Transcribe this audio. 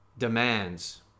demands